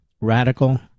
Radical